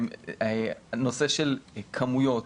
נושא של כמויות,